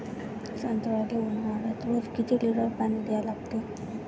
संत्र्याले ऊन्हाळ्यात रोज किती लीटर पानी द्या लागते?